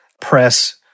press